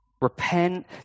Repent